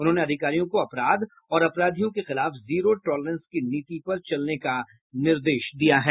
उन्होंने अधिकारियों को अपराध और अपराधियों के खिलाफ जीरो टॉलरेंस की नीति पर चलने का निर्देश दिया है